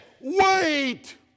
Wait